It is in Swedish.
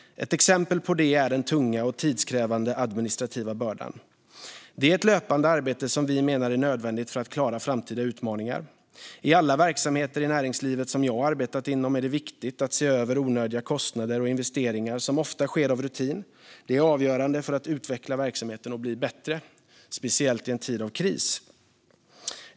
Ett exempel på det är den tunga och tidskrävande administrativa bördan. Det är ett löpande arbete som vi menar är nödvändigt för att klara framtida utmaningar. I alla verksamheter i näringslivet som jag arbetat inom är det viktigt att se över onödiga kostnader och investeringar som ofta sker av rutin. Det är avgörande för att utveckla verksamheten och bli bättre, speciellt i tider av kris.